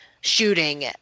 shooting